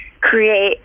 create